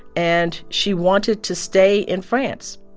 and she wanted to stay in france.